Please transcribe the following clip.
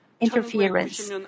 Interference